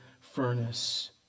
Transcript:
furnace